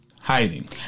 hiding